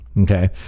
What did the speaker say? Okay